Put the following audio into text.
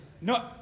No